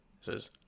says